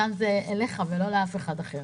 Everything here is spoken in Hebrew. זה אליך ולא לאף אחד אחר.